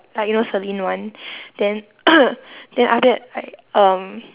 like you know selene [one] then then after that like um